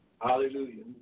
Hallelujah